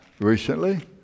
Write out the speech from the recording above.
Recently